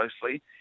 closely